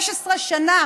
15 שנה